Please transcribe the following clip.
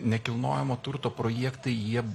nekilnojamo turto projektai jie